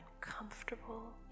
comfortable